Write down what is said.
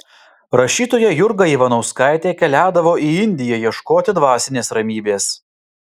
rašytoja jurga ivanauskaitė keliaudavo į indiją ieškoti dvasinės ramybės